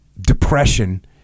depression